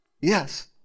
Yes